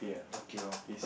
okay loh